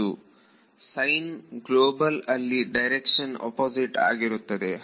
ವಿದ್ಯಾರ್ಥಿ sign global ಅಲ್ಲಿ direction opposite ಆಗಿರುತ್ತೆ ಹಾಗೂ